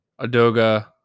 Adoga